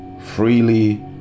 freely